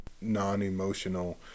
non-emotional